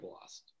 lost